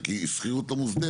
רק היא שכירות לא מוסדרת,